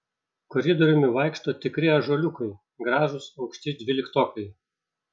koridoriumi vaikšto tikri ąžuoliukai gražūs aukšti dvyliktokai